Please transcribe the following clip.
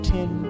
Ten